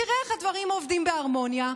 תראה איך הדברים עובדים בהרמוניה,